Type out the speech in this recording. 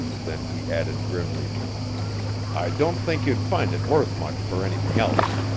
then he added grimly i don't think you'd find it worth much for anything else.